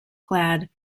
clad